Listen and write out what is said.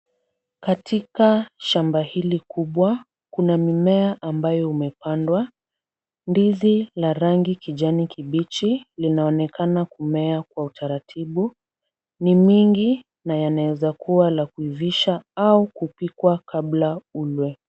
Katika shamba hili kubwa kuna mimea ambayo umepandwa. Ndizi la rangi kijani kibichi linaonekana kumea kwa utaratibu. Ni mingi na yanaweza kuwa la kuivisha au kupikwa kabla ulwe.